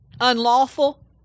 unlawful